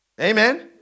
Amen